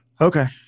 Okay